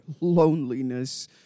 loneliness